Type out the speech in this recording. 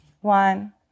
one